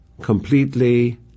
completely